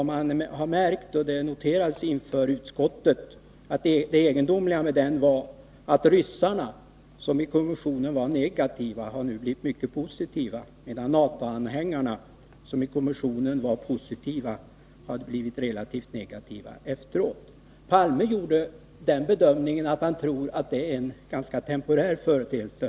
Vad man har märkt och vad som noterats inför utskottet är det egendomliga att ryssarna, som i kommissionen var negativa, nu har blivit mycket positiva, medan NATO-anhängare, som i kommissionen var positiva, har blivit relativt negativa efteråt. Olof Palme har gjort den bedömningen att det är en ganska temporär företeelse.